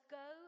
go